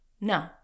No